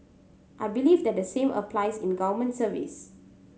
I believe that the same applies in government service